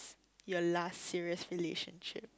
your last serious relationship